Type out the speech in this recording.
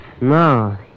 No